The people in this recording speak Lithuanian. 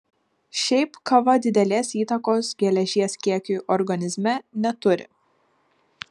šiaip kava didelės įtakos geležies kiekiui organizme neturi